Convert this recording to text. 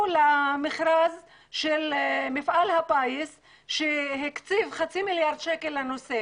למכרז של מפעל הפיס שהקציב חצי מיליארד שקל לנושא?